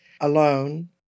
alone